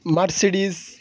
Mercedes